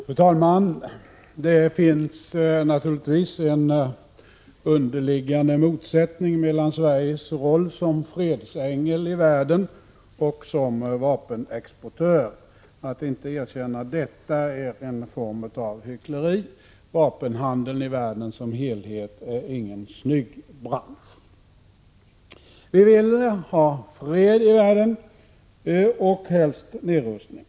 Fru talman! Det finns naturligtvis en underliggande motsättning mellan Sveriges roll som fredsängel i världen och som vapenexportör. Att inte erkänna detta är en form av hyckleri. Vapenhandeln i världen som helhet är ingen snygg bransch. Vi vill ha fred i världen och helst nedrustning.